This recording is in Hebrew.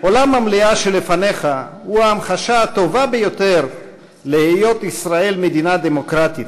אולם המליאה שלפניך הוא ההמחשה הטובה ביותר להיות ישראל מדינה דמוקרטית,